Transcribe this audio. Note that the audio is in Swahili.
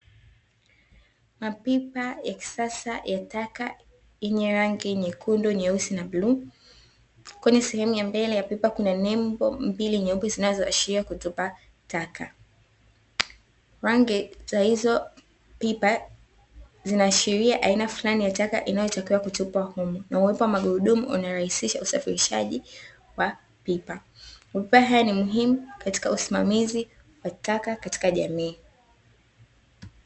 Mapipa ya kisasa ya taka yenye rangi nyekundu, nyeusi na bluu, kwanye sehemu ya mbele ya pipa kuna nembo mbili nyeupe zinazoashiria kutupataka rangi za hizo pipa zinaashiria aina fulani ya taka inayotakiwa kutupwa humu na uwepo wa magurudumu unarahisisha usafirishaji kwa pipa, umepewa haya ni muhimu katika usimamizi wa taka katika jamii.